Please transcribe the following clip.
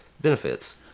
benefits